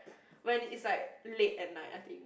when it's like late at night I think